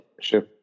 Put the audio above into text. Sure